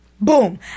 Boom